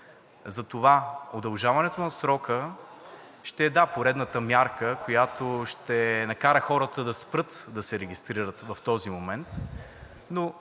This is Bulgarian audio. Затова удължаването на срока ще е, да, поредната мярка, която ще накара хората да спрат да се регистрират в този момент,